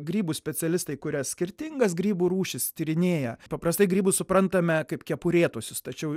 grybų specialistai kuria skirtingas grybų rūšis tyrinėja paprastai grybus suprantame kaip kepurėtuosius tačiau